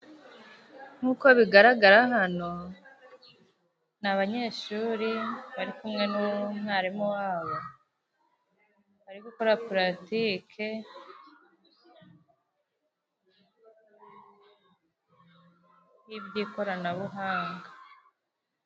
Nk'uko bigaragara hano, ni abanyeshuri bari kumwe n'umwarimu wa bo, bari gukora paratike y'iby'ikoranabuhanga.